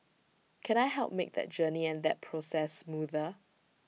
can I help make that journey and that process smoother